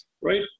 right